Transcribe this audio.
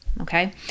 okay